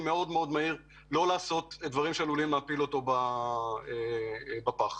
שעלולים להפיל אותו בפח.